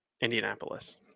Indianapolis